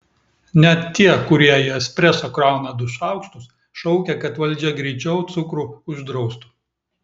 net tie kurie į espreso krauna du šaukštus šaukia kad valdžia greičiau cukrų uždraustų